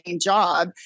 job